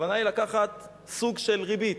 הכוונה היא לקחת סוג של ריבית.